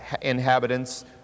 inhabitants